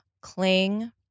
cling